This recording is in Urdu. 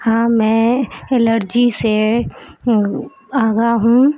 ہاں میں الرجی سے آگاہ ہوں